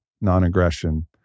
non-aggression